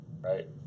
right